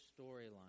storyline